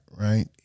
right